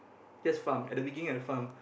just farm at the beginning I farm